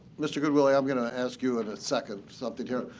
mr. goodwillie, i'm going to ask you in a second something here,